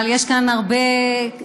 אבל יש כאן הרבה בלגן,